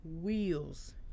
wheels